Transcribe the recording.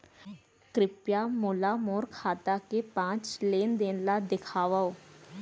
कृपया मोला मोर खाता के पाँच लेन देन ला देखवाव